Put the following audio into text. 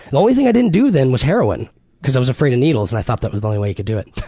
the only thing i didn't do then was heroine because i was afraid of needles and i thought that was the only way you can do it.